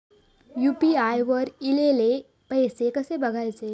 UPI वर ईलेले पैसे कसे बघायचे?